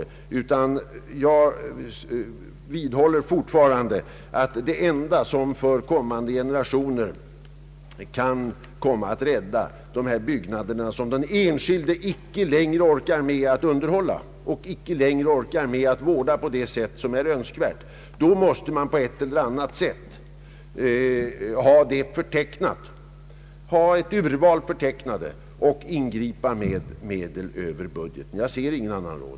Jag vidhåller fortfarande att den enda möjligheten att för kommande generationer rädda de byggnader som den enskilde inte längre orkar med att underhålla eller vårda på önskvärt sätt är att göra upp en förteckning över ett urval sådana byggnader och göra ingripanden med hjälp av medel från statsbudgeten. Jag ser ingen annan råd.